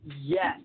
Yes